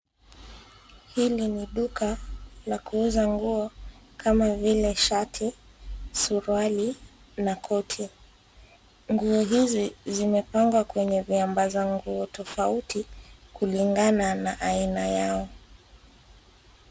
Hili ni duka la kuuza nguo kama vile shati, suruali na koti. Nguo hizi zimepangwa kwenye viamba za nguo tofauti kulingana na aina yao.